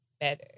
better